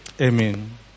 Amen